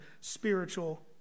spiritual